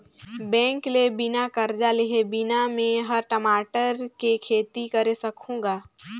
bank ले बिना करजा लेहे बिना में हर टमाटर के खेती करे सकहुँ गा